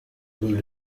will